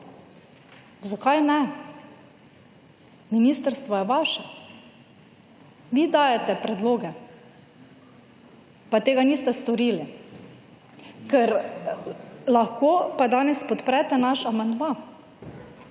Zakaj ne? Ministrstvo je vaše, vi dajete predloge, pa tega niste storili, ker lahko pa danes podprete naš amandma,